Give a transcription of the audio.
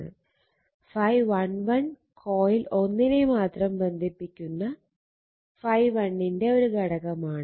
∅11 coil 1 നെ മാത്രം ബന്ധിപ്പിക്കുന്ന ∅1 ന്റെ ഒരു ഘടകമാണ്